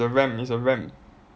a ram it's a ram